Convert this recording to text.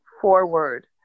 forward